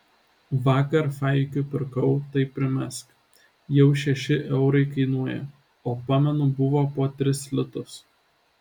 vakar faikių pirkau tai primesk jau šeši eurai kainuoja o pamenu buvo po tris litus